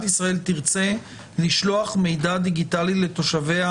ישראל תרצה לשלוח מידע דיגיטלי לתושביה,